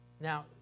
Now